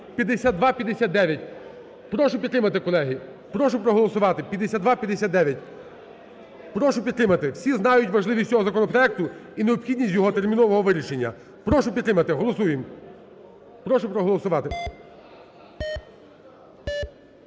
(5259). Прошу підтримати, колеги. Прошу проголосувати 5259. Прошу підтримати. Всі знають важливість цього законопроекту і необхідність його термінового вирішення. Прошу підтримати. Голосуємо. Прошу проголосувати.